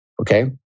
Okay